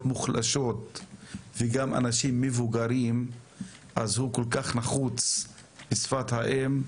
מוחלשות ובאנשים מבוגרים כל כך נחוצה שפת האם,